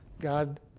God